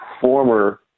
former